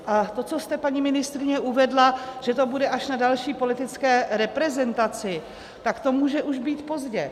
A to, co jste, paní ministryně, uvedla, že to bude až na další politické reprezentaci, tak to může už být pozdě.